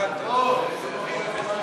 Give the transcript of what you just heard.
נתקבל.